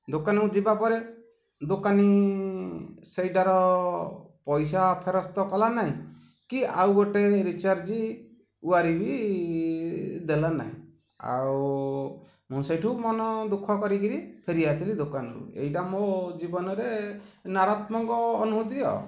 ଦୋକାନୀକୁ ଯିବା ପରେ ଦୋକାନୀ ସେଇଟାର ପଇସା ଫେରସ୍ତ କଲା ନାହିଁ କି ଆଉ ଗୋଟେ ରିଚାର୍ଜ ୱାୟାରିଂ ବି ଦେଲା ନାହିଁ ଆଉ ମୁଁ ସେଇଠୁ ମନ ଦୁଃଖ କରିକିରି ଫେରି ଆସିଲି ଦୋକାନରୁ ଏଇଟା ମୋ ଜୀବନରେ ନକାରତ୍ମକ ଅନୁଭୂତି ଆଉ